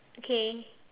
okay